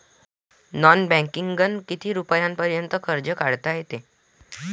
Non बँकिंगनं किती रुपयापर्यंत कर्ज काढता येते?